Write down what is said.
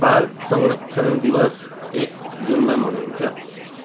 बाल संरक्षण दिवस एक जुनमा मनाइन्छ